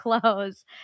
clothes